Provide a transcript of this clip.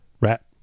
Rat